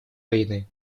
войны